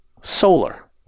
solar